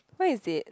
where is it